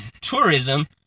tourism